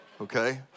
okay